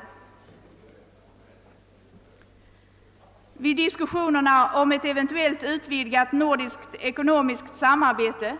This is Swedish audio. Jag har lagt märke till att man vid diskussionerna om ett eventuellt utvidgat nordiskt ekonomiskt samarbete